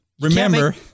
Remember